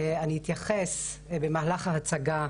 אני אתייחס במהלך ההצגה